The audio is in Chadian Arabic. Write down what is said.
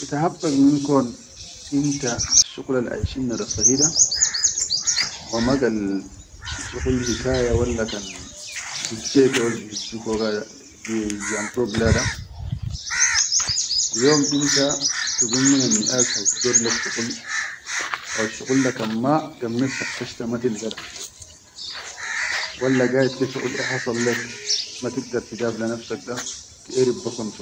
Titahaqqaq min kon inta asshuqulal aishinna da sahi da wa ma gal shuqul hikaya walla kan hijje kebas bihijju fuga da biyanduk lada yom inta tugunni minanniʼaas haw tudor lek shuqual haw asshuqul da kan ma gammet fattashta ma tilga da walla gaid ke shuqul ihasal lek ma tigdar tidaf le nafsak da tilerif.